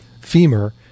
femur